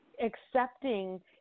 accepting